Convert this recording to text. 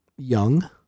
young